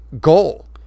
goal